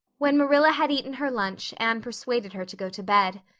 when marilla had eaten her lunch anne persuaded her to go to bed.